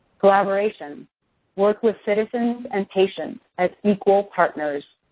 collaboration work with citizens and patients as equal partners.